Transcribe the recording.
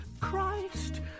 Christ